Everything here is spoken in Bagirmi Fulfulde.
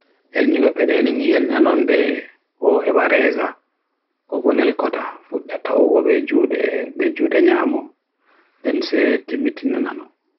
Ko hite haala trim fingernails ko ceede waawde e ndiyam? Ko joomde ko foti makko faami ɓe andoraa.